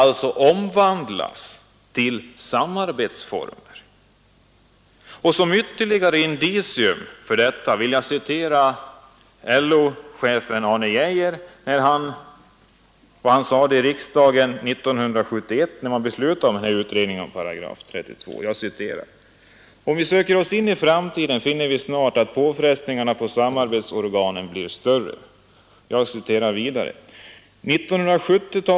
Det kan röra för arbetarna mycket viktiga frågor, det kan vara sådana fall som avser inskränkningar eller nedläggning av drift, det kan vara nya produktionsformer — ja, det kan röra sig om många frågor som är av vital betydelse för de anställda. Det gäller väl framför allt sådana frågor där motsättningen mellan kapital och arbete kommer fram mycket tydligt.